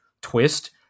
twist